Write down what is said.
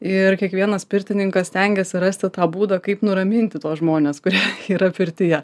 ir kiekvienas pirtininkas stengiasi rasti tą būdą kaip nuraminti tuos žmones kurie yra pirtyje